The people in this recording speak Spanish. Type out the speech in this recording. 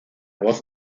voz